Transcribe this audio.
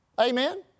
Amen